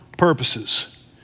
purposes